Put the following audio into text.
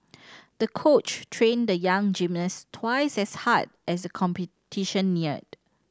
the coach trained the young gymnast twice as hard as the competition neared